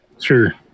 Sure